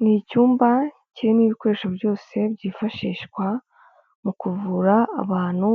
Ni icyumba kirimo ibikoresho byose byifashishwa mu kuvura abantu